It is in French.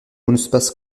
monospace